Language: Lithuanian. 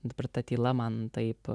dabar ta tyla man taip